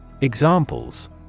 Examples